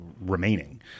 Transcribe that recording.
remaining